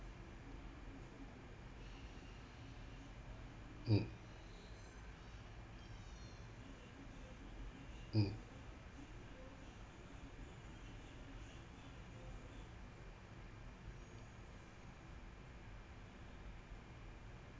mm mm